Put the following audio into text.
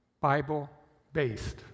Bible-based